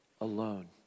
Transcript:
alone